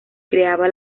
creaba